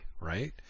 right